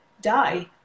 die